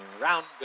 Round